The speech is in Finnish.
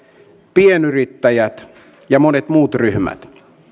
pienyrittäjät ja monet muut ryhmät